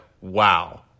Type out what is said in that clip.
wow